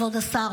כבוד השר,